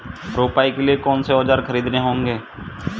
रोपाई के लिए कौन से औज़ार खरीदने होंगे?